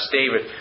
David